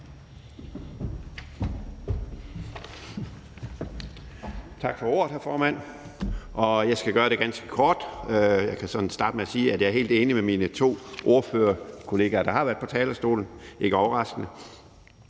Tak for ordet, hr. formand. Jeg skal gøre det ganske kort. Jeg vil starte med at sige, at jeg ikke overraskende er helt enig med mine to ordførerkolleger, der har været på talerstolen. Det centrale